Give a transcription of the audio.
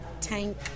Tank